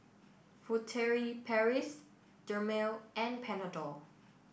Furtere Paris Dermale and Panadol